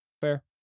Fair